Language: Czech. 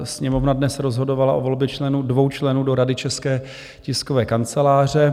Sněmovna dnes rozhodovala o volbě dvou členů do Rady České tiskové kanceláře.